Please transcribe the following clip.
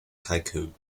tycoon